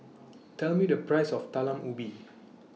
Tell Me The priceS of Talam Ubi